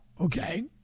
Okay